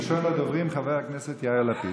ראשון הדוברים, חבר הכנסת יאיר לפיד.